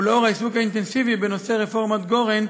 ולאור העיסוק האינטנסיבי בנושא רפורמת גורן,